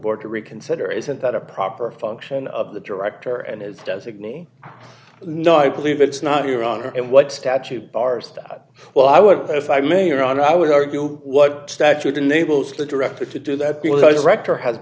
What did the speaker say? board to reconsider isn't that a proper function of the director and his designee no i believe it's not your honor and what statute bars that well i would if i may or on i would argue what statute enables the director to do that